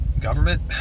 government